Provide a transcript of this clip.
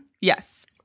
Yes